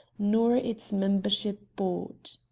nor its membership bought.